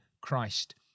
Christ